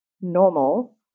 normal